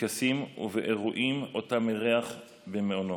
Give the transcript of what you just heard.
בטקסים ובאירועים שאותם אירח במעונו,